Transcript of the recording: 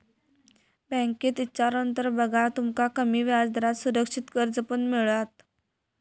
बँकेत इचारून तर बघा, तुमका कमी व्याजदरात सुरक्षित कर्ज पण मिळात